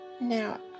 now